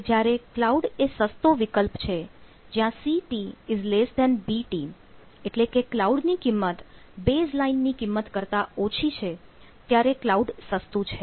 હવે જ્યારે ક્લાઉડ એ સસ્તો વિકલ્પ છે જ્યાં CT BT એટલે કે કલાઉડ ની કિંમત બેઝલાઇન ની કિંમત કરતા ઓછી છે ત્યારે કલાઉડ સસ્તું છે